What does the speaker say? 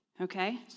okay